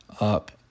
up